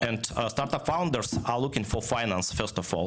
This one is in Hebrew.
ומייסדי חברות הזנק מחפשים כסף, קודם כל.